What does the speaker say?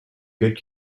good